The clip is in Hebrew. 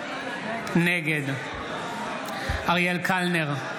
נגד אריאל קלנר,